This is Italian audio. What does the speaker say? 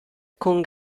con